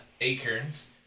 acorns